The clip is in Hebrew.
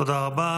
תודה רבה.